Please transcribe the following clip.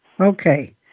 Okay